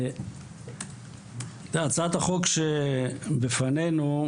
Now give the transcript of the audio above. הצעת החוק שבפנינו,